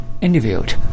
interviewed